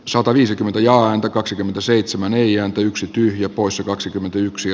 sataviisikymmentä ja häntä kaksikymmentäseitsemän ja yksi tyhjä poissa kaksikymmentäyksi